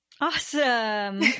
awesome